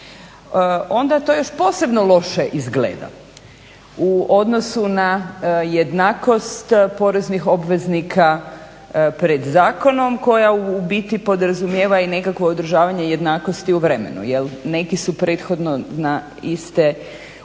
Onda to još posebno loše izgleda u odnosu na jednakost poreznih obveznika pred zakonom koja u biti podrazumijeva i nekakvo održavanje jednakosti u vremenu jel, neki su prethodno na iste uvoze